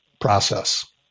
process